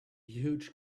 huge